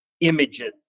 images